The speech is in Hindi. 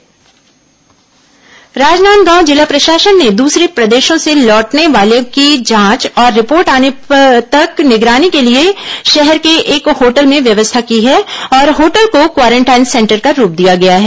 कोरोना उपाय राजनांदगांव जिला प्रशासन ने दूसरे प्रदेशों से लौटने वालों की जांच और रिपोर्ट आने तक निगरानी के लिए शहर के एक होटल में व्यवस्था की है और होटल को क्वारेंटाइन सेंटर का रूप दिया गया है